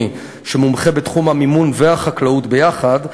שהוא מומחה בתחום המימון והחקלאות ביחד.